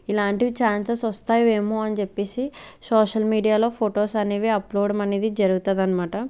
ఇలాంటివి ఛాన్సెస్ వస్తాయ్ ఏమో అని చెప్పేసి షోషల్ మీడియాలో ఫోటోస్ అనేవి అప్లోడ్ అనేది జరుగుతుందనమాట